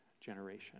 generation